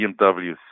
BMW